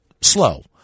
slow